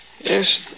Yes